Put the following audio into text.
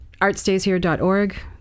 artstayshere.org